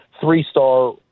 three-star